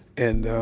and